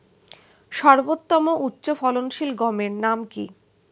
সর্বতম উচ্চ ফলনশীল গমের নাম কি?